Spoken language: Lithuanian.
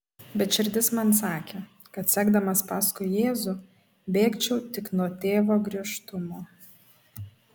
bet širdis man sakė kad sekdamas paskui jėzų bėgčiau tik nuo tėvo griežtumo